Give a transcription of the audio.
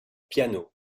piano